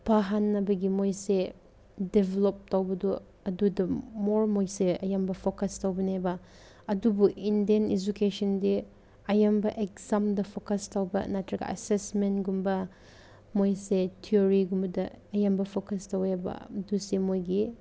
ꯄꯥꯍꯟꯅꯕꯒꯤ ꯃꯣꯏꯁꯦ ꯗꯤꯕꯦꯂꯞ ꯇꯧꯕꯗꯣ ꯑꯗꯨꯗ ꯃꯣꯔ ꯃꯣꯏꯁꯦ ꯑꯌꯥꯝꯕ ꯐꯣꯀꯁ ꯇꯧꯕꯅꯦꯕ ꯑꯗꯨꯕꯨ ꯏꯟꯗꯤꯌꯥꯟ ꯏꯖꯨꯀꯦꯁꯟꯗꯤ ꯑꯌꯥꯝꯕ ꯑꯦꯛꯖꯥꯝꯗ ꯐꯣꯀꯁ ꯇꯧꯕ ꯅꯠꯇ꯭ꯔꯒ ꯑꯦꯁꯦꯁꯃꯦꯟꯒꯨꯝꯕ ꯃꯣꯏꯁꯦ ꯊꯤꯑꯣꯔꯤꯒꯨꯝꯕꯗ ꯑꯌꯥꯝꯕ ꯐꯣꯀꯁ ꯇꯧꯋꯦꯕ ꯑꯗꯨꯁꯦ ꯃꯣꯏꯒꯤ